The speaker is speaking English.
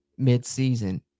midseason